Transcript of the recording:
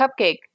cupcake